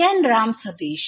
ഞാൻ രാം സതീഷ്